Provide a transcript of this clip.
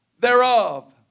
thereof